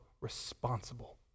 responsible